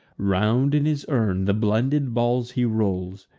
round in his urn the blended balls he rolls,